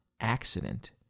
accident